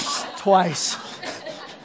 Twice